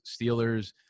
Steelers